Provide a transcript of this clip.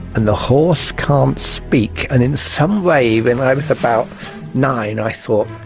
and the horse can't speak, and in some way when i was about nine i thought,